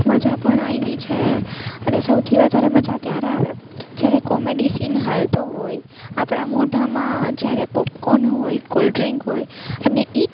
મજા પણ આવી છે અને સૌથી વધારે મજા ત્યારે આવે જ્યારે કોમેડી સીન ચાલતો હોય આપણા મોઢામાં જ્યારે પોપકોર્ન હોય કોલ્ડ્રીંક હોય અને એ જ